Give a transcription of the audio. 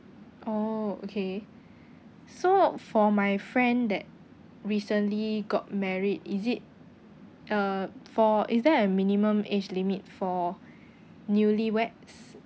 oh okay so for my friend that recently got married is it uh for is there a minimum age limit for newlyweds